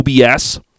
OBS